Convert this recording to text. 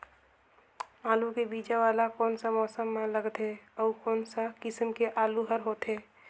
आलू के बीजा वाला कोन सा मौसम म लगथे अउ कोन सा किसम के आलू हर होथे?